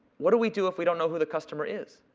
what do we do if we don't know who the customer is?